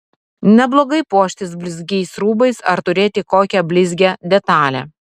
neblogai puoštis blizgiais rūbais ar turėti kokią blizgią detalę